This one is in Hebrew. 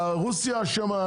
הרוסיה אשמה,